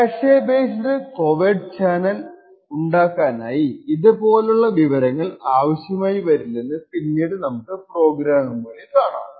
cache based covert channel ഉണ്ടാക്കാനായി ഇതുപോലുള്ള വിവരങ്ങൾ ആവശ്യമായി വരില്ലെന്ന് പിന്നീട് നമുക്ക് പ്രോഗ്രാമുകളിൽ കാണാം